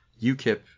ukip